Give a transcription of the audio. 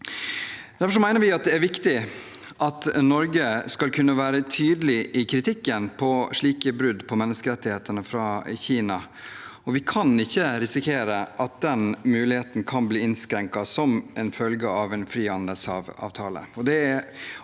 mener vi det er viktig at Norge skal kunne være tydelig i kritikken av slike brudd på menneskerettighetene fra Kina. Vi kan ikke risikere at den muligheten kan bli innskrenket som en følge av en frihandelsavtale.